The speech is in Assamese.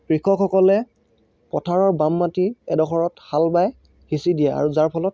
কৃষকসকলে পথাৰৰ বাম মাটিৰ এডোখৰত হাল বাই সিঁচি দিয়ে আৰু যাৰ ফলত